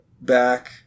back